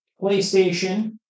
PlayStation